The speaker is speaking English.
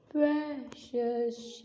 Precious